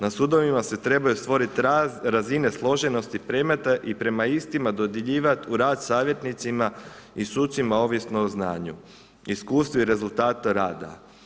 Na sudovima se trebaju stvoriti razine složenosti predmeta i prema istima dodjeljivati u rad savjetnicima i sucima ovisno o znanju, iskustvu i rezultatu rada.